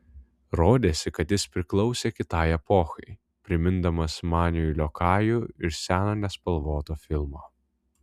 rodėsi kad jis priklausė kitai epochai primindamas maniui liokajų iš seno nespalvoto filmo